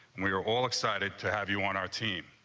we are all excited to have you on our team.